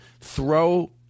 Throw